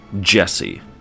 Jesse